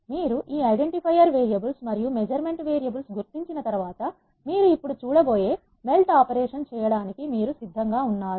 మీరు ఈ identifier variables మరియు మెజర్మెంట్ వేరియబుల్స్ గుర్తించిన తర్వాత మీరు ఇప్పుడు చూడబోయే మెల్ట్ ఆపరేషన్ చేయడానికి మీరు సిద్ధంగా ఉన్నారు